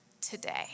today